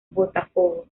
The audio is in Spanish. botafogo